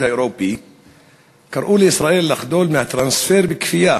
האירופי קראו לישראל לחדול מהטרנספר בכפייה